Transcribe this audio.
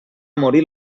morir